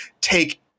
take